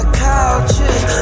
couches